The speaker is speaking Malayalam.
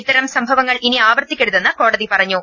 ഇത്തരം സംഭവങ്ങൾ ഇനി ആവർത്തിക്കരുതെന്ന് കോടതി പറഞ്ഞു